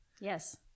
Yes